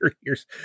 years